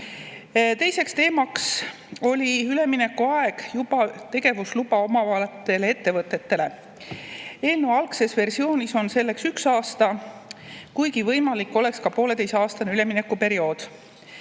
Teiseks teemaks oli üleminekuaeg juba tegevusluba omavatele ettevõtetele. Eelnõu algses versioonis on selleks üks aasta, kuigi võimalik oleks ka pooleteiseaastane üleminekuperiood.